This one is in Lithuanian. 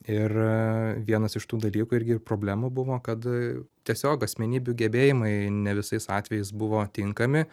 ir vienas iš tų dalykų irgi ir problemų buvo kad tiesiog asmenybių gebėjimai ne visais atvejais buvo tinkami